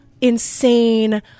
insane